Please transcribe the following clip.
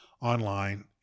online